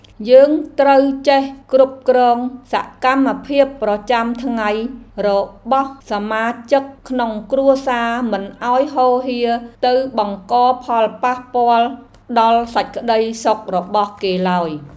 យើងត្រូវចេះគ្រប់គ្រងសកម្មភាពប្រចាំថ្ងៃរបស់សមាជិកក្នុងគ្រួសារមិនឱ្យហូរហៀរទៅបង្កផលប៉ះពាល់ដល់សេចក្តីសុខរបស់គេឡើយ។